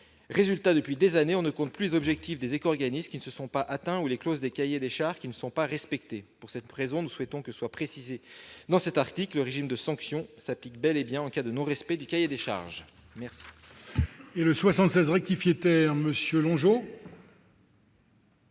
Résultat : depuis des années, on ne compte plus les objectifs des éco-organismes qui ne sont pas atteints ou les clauses de cahiers des charges qui ne sont pas respectées. Pour cette raison, je le répète, nous souhaitons qu'il soit précisé que le régime de sanction s'applique bel et bien en cas de non-respect du cahier des charges.